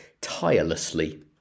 Tirelessly